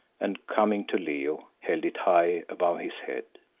and coming to leo held it high above his head.